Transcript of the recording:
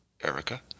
Erica